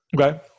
Okay